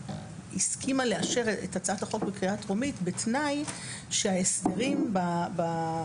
שהסכימה לאשר את הצעת החוק בקריאה טרומית בתנאי שההסדרים בהצעה